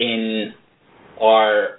in our